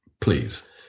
please